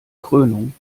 krönung